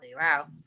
wow